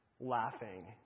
laughing